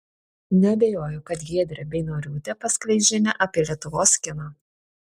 neabejoju kad giedrė beinoriūtė paskleis žinią apie lietuvos kiną